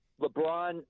LeBron